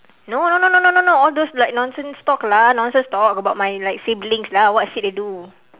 no no no no no no no no all those like nonsense talk lah nonsense talk about my like siblings lah what shit they do